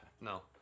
no